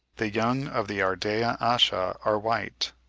the young of the ardea asha are white,